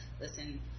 listen